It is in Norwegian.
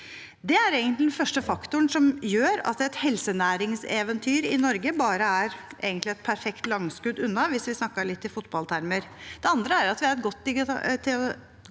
Det er egentlig den første faktoren som gjør at et helsenæringseventyr i Norge bare er et perfekt langskudd unna, hvis vi snakker litt i fotballtermer. Det andre er at vi har et godt digitalisert